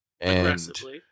aggressively